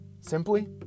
simply